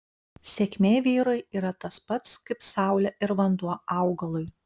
sėkmė vyrui yra tas pats kaip saulė ir vanduo augalui